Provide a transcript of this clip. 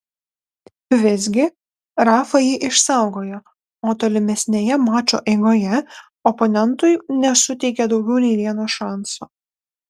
visgi rafa jį išsaugojo o tolimesnėje mačo eigoje oponentui nesuteikė daugiau nei vieno šanso